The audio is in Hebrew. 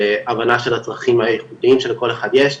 להבנה של הצרכים הייחודיים שלכל אחד יש,